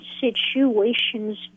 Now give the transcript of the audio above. situations